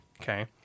Okay